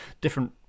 different